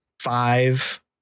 Five